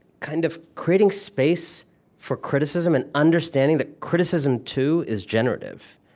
kind of creating space for criticism, and understanding that criticism, too, is generative,